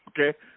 Okay